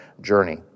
journey